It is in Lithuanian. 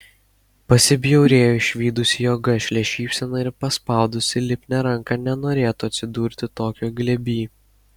pasibjaurėjo išvydusi jo gašlią šypseną ir paspaudusi lipnią ranką nenorėtų atsidurti tokio glėby